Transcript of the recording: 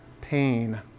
pain